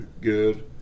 good